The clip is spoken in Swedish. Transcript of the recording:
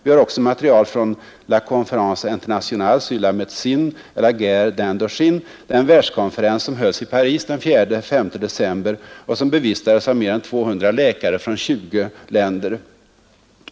Vi har också materialet från La Conférence Internationale sur la Medicine et la Guerre d'Indochine, den världskonferens som hölls i Paris den 4—5 december och som bevistades av mer än 200 läkare från 20 länder.